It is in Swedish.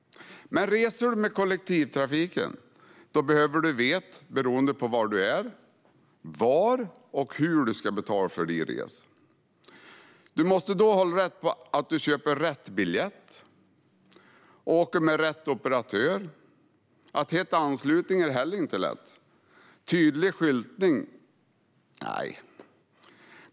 Men reser du med kollektivtrafiken behöver du veta, beroende på var du är, var och hur du ska betala för din resa. Du måste hålla reda på att du köper rätt biljett och åker med rätt operatör. Att hitta anslutningar är inte lätt. Är det tydlig skyltning? Nej.